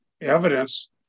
evidence